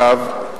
אגב,